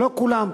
לא כולם.